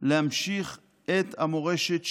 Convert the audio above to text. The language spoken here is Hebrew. להמשיך את המורשת,